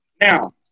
Now